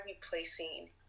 replacing